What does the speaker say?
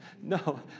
No